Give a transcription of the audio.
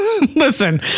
Listen